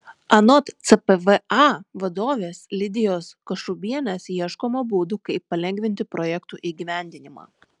anot cpva vadovės lidijos kašubienės ieškoma būdų kaip palengvinti projektų įgyvendinimą